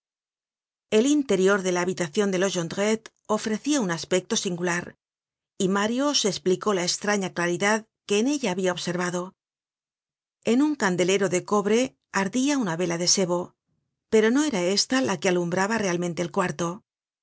el interior de la habitacion de los jondrette ofrécia un aspecto singular y mario se esplicó la estrafia claridad que en ella habia observado en uncandelero de cobre ardiauna vela de sebo pero no erajssta la que alumbraba realmente el cuarto